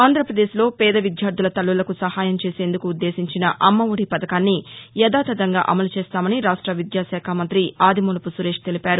ఆంధ్రావదేశ్లో పేద విద్యార్థుల తల్లులకు నహాయం అందచేసేందుకు ఉద్దేశించిన అమ్మఒది వథకాన్ని యథాతథంగా అమలు చేస్తామని రాష్ట విద్యాళాఖ మంతి అదిమూలపు సురేష్ తెలిపారు